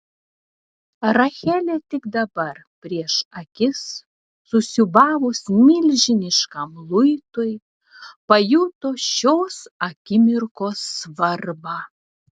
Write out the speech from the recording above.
rachelė tik dabar prieš akis susiūbavus milžiniškam luitui pajuto šios akimirkos svarbą